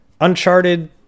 Uncharted